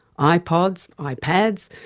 ipods, ah ipads,